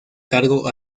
cargo